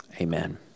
Amen